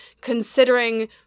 considering